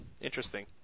Interesting